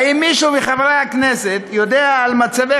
האם מישהו מחברי הכנסת יודע על מצבי